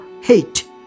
hate